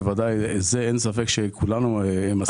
בוודאי זה אין ספק שכולנו מסכימים איתם,